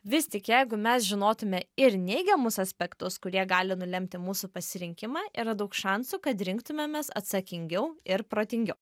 vis tik jeigu mes žinotume ir neigiamus aspektus kurie gali nulemti mūsų pasirinkimą yra daug šansų kad rinktumėmės atsakingiau ir protingiau